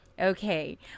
okay